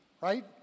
Right